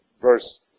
verse